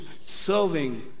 serving